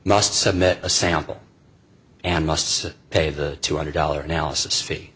must submit a sample and musts pay the two hundred dollar analysis fee